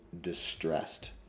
distressed